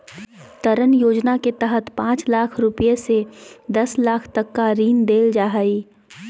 तरुण योजना के तहत पांच लाख से रूपये दस लाख तक का ऋण देल जा हइ